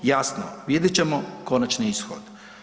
Jasno, vidjet ćemo konačni ishod.